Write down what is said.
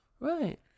Right